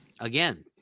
again